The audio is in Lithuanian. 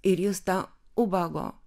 ir jis to ubago